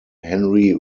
henry